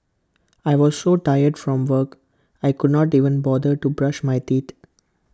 I was so tired from work I could not even bother to brush my teeth